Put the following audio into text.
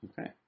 Okay